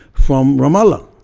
from ramallah,